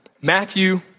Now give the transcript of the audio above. Matthew